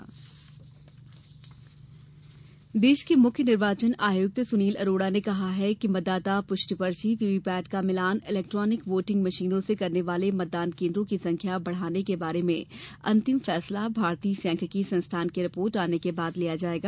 VVPAT देश के मुख्य निर्वाचन आयुक्त सुनील अरोड़ा ने कहा है कि मतदाता पुष्टि पर्ची वीवीपैट का मिलान इलेक्ट्रॉनिक वोटिंग मशीनों से करने वाले मतदान केंद्रों की संख्या बढ़ाने के बारे में अंतिम फैसला भारतीय सांख्यिकीय संस्थान की रिपोर्ट आने के बाद लिया जायेगा